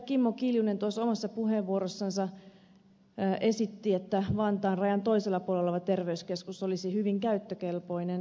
kimmo kiljunen tuossa omassa puheenvuorossansa esitti että vantaan rajan toisella puolella oleva terveyskeskus olisi hyvin käyttökelpoinen